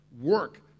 work